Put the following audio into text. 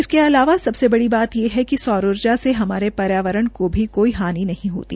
इसके अलावा सबसे बड़ी बात ये है कि सौर ऊर्जा से हमारे पर्यावरण को भी कोई हानि नहीं होती